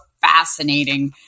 fascinating